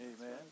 Amen